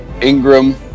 Ingram